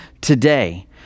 today